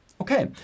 Okay